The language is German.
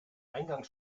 eingangs